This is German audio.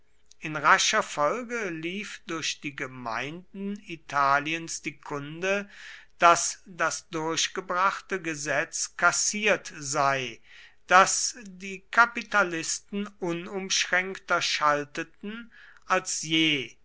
in rascher folge lief durch die gemeinden italiens die kunde daß das durchgebrachte gesetz kassiert sei daß die kapitalisten unumschränkter schalteten als je